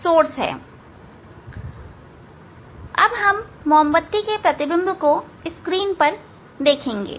और फिर हम मोमबत्ती के प्रतिबिंब को स्क्रीन पर देखेंगे